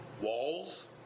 Walls